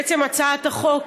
הצעת החוק